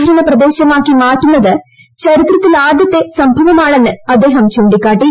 ഭരണപ്രദേശമാക്കിമാറ്റുന്നത്ചരിത്രത്തിലാദൃത്തെ സംഭവമാണെന്ന്അദ്ദേഹംചൂണ്ടിക്കാട്ടി